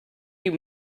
you